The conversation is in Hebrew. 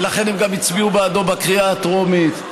ולכן הם גם הצביעו בעדו בקריאה הטרומית,